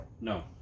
No